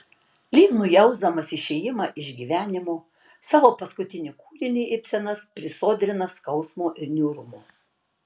lyg nujausdamas išėjimą iš gyvenimo savo paskutinį kūrinį ibsenas prisodrina skausmo ir niūrumo